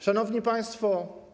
Szanowni Państwo!